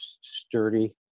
sturdy